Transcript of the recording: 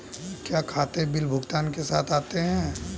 क्या खाते बिल भुगतान के साथ आते हैं?